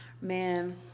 man